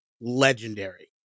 legendary